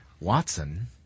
Watson